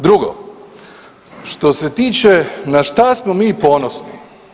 Drugo, što se tiče na šta smo mi ponosni.